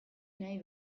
nahi